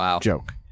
joke